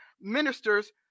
ministers